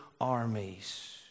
armies